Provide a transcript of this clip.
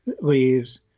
leaves